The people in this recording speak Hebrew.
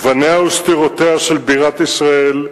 גוניה וסתירותיה של בירת ישראל,